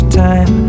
time